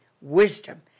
wisdom